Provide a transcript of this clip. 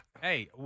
Hey